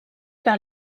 par